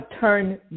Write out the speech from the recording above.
turn